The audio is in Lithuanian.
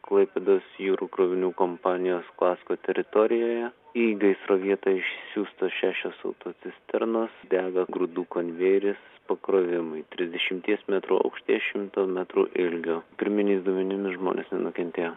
klaipėdos jūrų krovinių kompanijos klasko teritorijoje į gaisro vietą išsiųstos šešios autocisternos dega grūdų konvejeris pakrovimui trisdešimties metrų aukštyje šimto metrų ilgio pirminiais duomenimis žmonės nenukentėjo